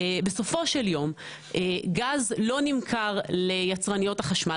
בסופו של יום גז לא נמכר ליצרניות החשמל,